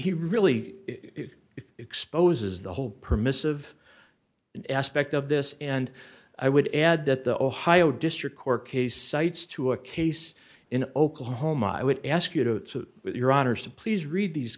he really exposes the whole permissive aspect of this and i would add that the ohio district court case cites to a case in oklahoma i would ask you to your honor's to please read these